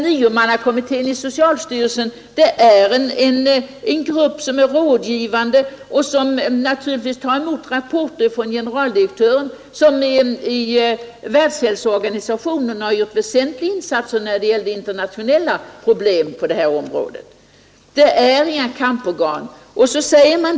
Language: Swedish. Niomannakommittén i socialstyrelsen är en rådgivande grupp som naturligtvis tar emot rapporter från generaldirektören, som i Världshälsoorganisationen har gjort väsentliga insatser när det gäller internationella problem på detta område — men det är inte heller något kamporgan.